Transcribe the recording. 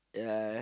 yeah